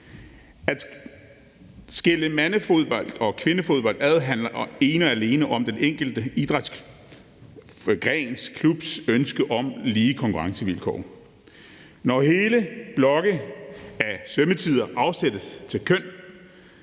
At skille mandefodbold og kvindefodbold ad handler ene og alene om den enkelte idrætsgrens klubs ønske om lige konkurrencevilkår. Når hele blokke af svømmetider afsættes til ét køn,